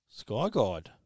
Skyguide